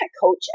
coach